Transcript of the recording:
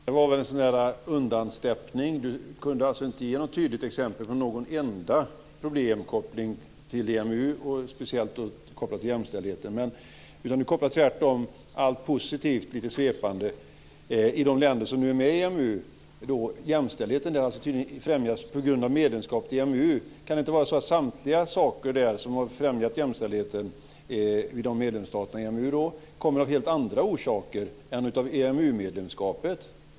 Fru talman! Det var en undansteppning. Helena Bargholtz kunde inte ge något tydligt exempel på någon enda problemkoppling till EMU, speciellt kopplat till jämställdheten. Hon vill tvärtom koppla allt positivt, lite svepande, i de länder som är med i EMU till att jämställdheten främjas av medlemskapet i EMU. Kan det inte vara så att samtliga saker som har främjat jämställdheten i de medlemsstater som är med i EMU kommer av helt andra orsaker än av EMU-medlemskapet?